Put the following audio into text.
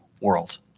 world